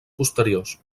posteriors